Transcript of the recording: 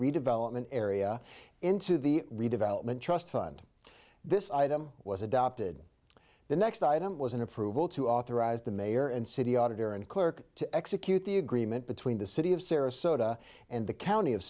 redevelopment area into the redevelopment trust fund this item was adopted the next item was an approval to authorize the mayor and city auditor and clerk to execute the agreement between the city of sarasota and the county of